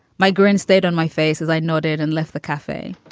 my grinstead on my face as i nodded and left the cafe